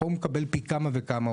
פה הוא מקבל פי כמה וכמה,